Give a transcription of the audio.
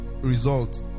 result